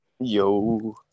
Yo